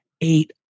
Eight